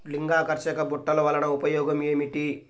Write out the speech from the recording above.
లింగాకర్షక బుట్టలు వలన ఉపయోగం ఏమిటి?